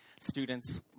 students